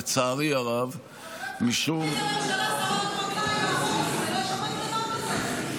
שמעתי שהיועצת המשפטית של הכנסת מתנגדת,